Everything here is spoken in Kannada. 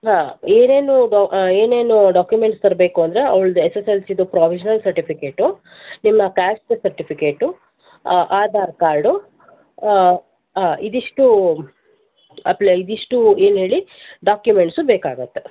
ಹಾಂ ಏನೇನು ಡಾಕ್ ಏನೇನು ಡಾಕ್ಯುಮೆಂಟ್ಸ್ ತರಬೇಕು ಅಂದರೆ ಅವಳದ್ದು ಎಸ್ ಎಸ್ ಎಲ್ ಸಿ ದು ಪ್ರೋವಿಶ್ನಲ್ ಸರ್ಟಿಫಿಕೆಟ್ ನಿಮ್ಮ ಕ್ಯಾಸ್ಟ್ದು ಸರ್ಟಿಫಿಕೆಟು ಆಧಾರ್ ಕಾರ್ಡು ಇದಿಷ್ಟು ಅಪ್ಲೈ ಇದು ಇಷ್ಟು ಏನು ಹೇಳಿ ಡಾಕ್ಯುಮೆಂಟ್ಸ್ ಬೇಕಾಗುತ್ತೆ